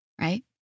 right